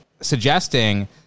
Suggesting